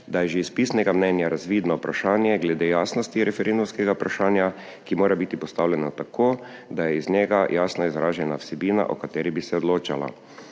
da je že iz pisnega mnenja razvidno vprašanje glede jasnosti referendumskega vprašanja, ki mora biti postavljeno tako, da je iz njega jasno izražena vsebina, o kateri bi se odločalo.